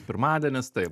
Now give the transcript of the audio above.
pirmadienis taip